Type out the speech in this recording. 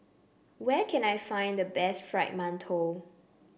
where can I find the best Fried Mantou